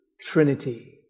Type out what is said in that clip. Trinity